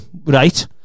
Right